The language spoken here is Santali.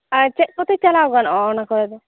ᱟᱨ ᱪᱮᱫ ᱠᱚᱛᱮ ᱪᱟᱞᱟᱣ ᱜᱟᱱᱚᱜᱼᱟ ᱚᱱᱟ ᱠᱚᱨᱮ ᱫᱚ